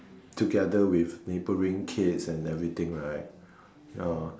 together with neighbouring kids and everything right ya